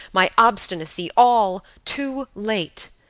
my obstinacy all too late.